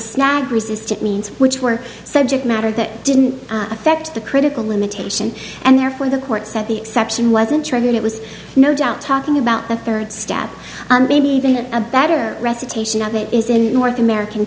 snag resistent means which were subject matter that didn't affect the critical limitation and therefore the court said the exception wasn't triggered it was no doubt talking about the third step and maybe even a better recitation of it is in north american